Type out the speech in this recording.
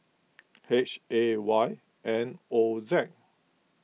H A Y N O Z